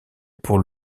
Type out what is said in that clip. pour